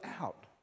out